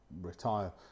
retire